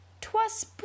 Twas